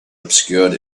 obscured